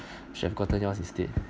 should have gotten yours instead